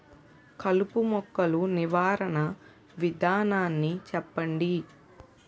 కలుపు మొక్కలు నివారణ విధానాన్ని చెప్పండి?